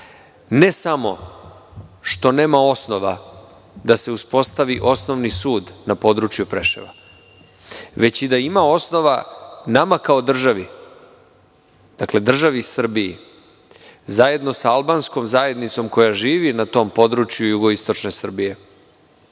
Ne samo što nema osnova da se uspostavi osnovni sud na području Preševa, već i da ima osnova nama kao državi, državi Srbiji zajedno sa albanskom zajednicom koja živi na tom području Jugoistočne Srbije